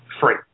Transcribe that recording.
free